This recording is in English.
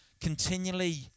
continually